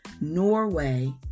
Norway